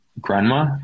grandma